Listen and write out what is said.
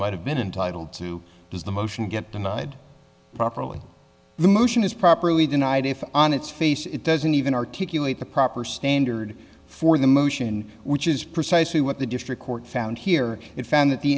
might have been entitle to does the motion get denied properly the motion is properly denied if on its face it doesn't even articulate the proper standard for the motion which is precisely what the district court found here it found that the